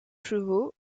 chevaux